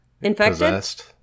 infected